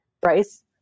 Bryce